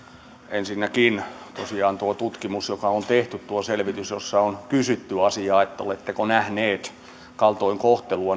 ensinnäkin tosiaan tuohon tutkimukseen joka on tehty tuohon selvitykseen jossa on kysytty asiaa oletteko nähneet kaltoinkohtelua